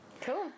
cool